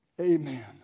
Amen